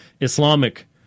Islamic